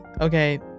Okay